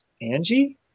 Angie